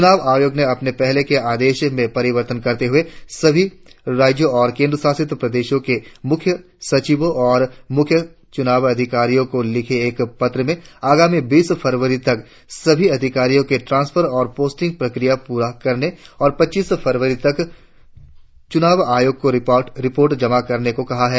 चुनाव आयोग ने अपने पहले के आदेश में परिवर्तन करते हुए सभी राज्यों और केंद्र शासित प्रदेशों के मुख्य सचिवों और मुख्य चुनाव अधिकारियों को लिखे एक पत्र में आगामी बीस फरवरी तक सभी अधिकारियों के ट्रांसफर और पोस्टिंग प्रक्रिया पूरा करने और पच्चीस फरवरी तक चूनाव आयोग को रिपोर्ट जमा करने को कहा है